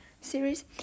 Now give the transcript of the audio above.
series